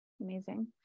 Amazing